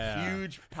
Huge